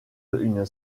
une